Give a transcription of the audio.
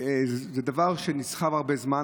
זה דבר שנסחב הרבה זמן,